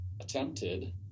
attempted